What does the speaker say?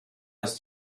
ist